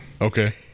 okay